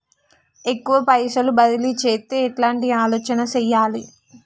ఎక్కువ పైసలు బదిలీ చేత్తే ఎట్లాంటి ఆలోచన సేయాలి?